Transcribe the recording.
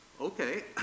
Okay